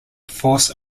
force